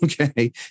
Okay